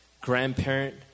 grandparent